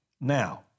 Now